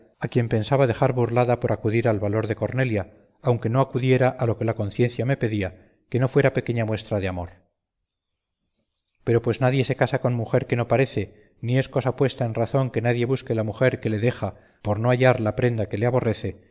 a quien pensaba dejar burlada por acudir al valor de cornelia aunque no acudiera a lo que la conciencia me pedía que no fuera pequeña muestra de amor pero pues nadie se casa con mujer que no parece ni es cosa puesta en razón que nadie busque la mujer que le deja por no hallar la prenda que le aborrece